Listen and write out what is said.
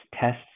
tests